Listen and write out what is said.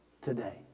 today